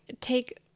take